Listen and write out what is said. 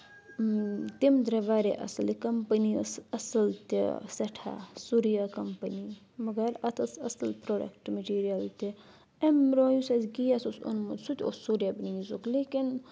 تمہِ درٛایہِ واریاہ اَصٕل یہِ کَمپٔنی ٲس اَصٕل تہِ سؠٹھاہ سوٗریا کَمپٔنی مَگر اَتھ ٲس اَصٕل پرٛوڈَکٹہٕ میٹیٖریَل تہِ اَمہِ برونٛہہ یُس اَسہِ گیس اوس اوٚنمُت سُہ تہِ اوس سورِیا بیٖزُک لیکِن